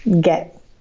get